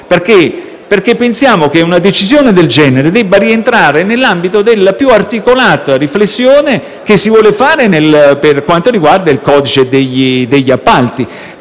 perché pensiamo che una decisione del genere debba rientrare nell'ambito della più articolata riflessione che si vuol fare per quanto riguarda il codice degli appalti.